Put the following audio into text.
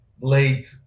late